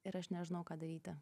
ir aš nežinau ką daryti